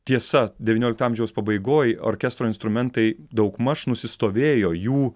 tiesa devyniolikto amžiaus pabaigoj orkestro instrumentai daugmaž nusistovėjo jų